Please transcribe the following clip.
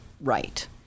right